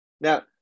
Now